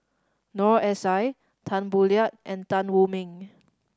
Noor S I Tan Boo Liat and Tan Wu Meng